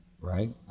right